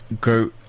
go